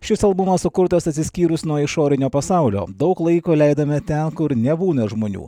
šis albumas sukurtas atsiskyrus nuo išorinio pasaulio daug laiko leidome ten kur nebūna žmonių